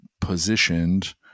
positioned